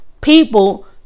people